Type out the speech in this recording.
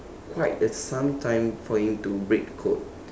quite a some time for him to break the code